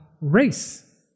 race